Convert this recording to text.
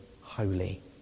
holy